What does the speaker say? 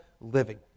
living